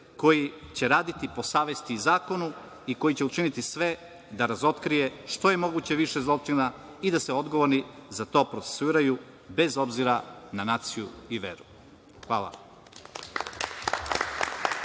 koji će raditi po savesti i po zakonu i koji će učiniti sve da razotkrije što je moguće više zločina i da se odgovorni za to procesuiraju, bez obzira na naciju i veru. Hvala.